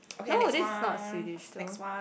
okay next one next one